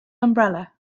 umbrella